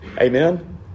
Amen